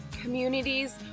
communities